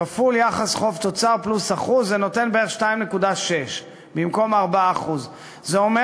כפול יחס חוב תוצר פלוס 1%. זה נותן בערך 2.6% במקום 4%. זה אומר